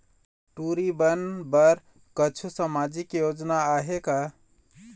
टूरी बन बर कछु सामाजिक योजना आहे का?